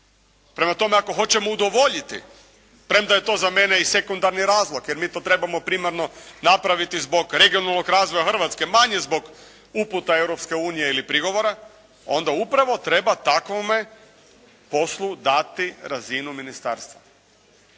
Prema tome ako hoćemo udovoljiti, premda je to za mene i sekundarni razlog jer mi to trebamo primarno napraviti zbog regionalnog razvoja Hrvatske, manje zbog uputa Europske unije ili prigovora, onda upravo treba takvome poslu dati razinu ministarstva.